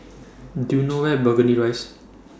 Do YOU know Where Burgundy Rise